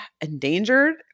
endangered